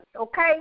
okay